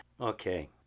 Okay